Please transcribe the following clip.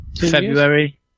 February